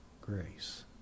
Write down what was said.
grace